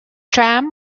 tram